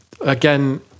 Again